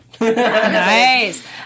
nice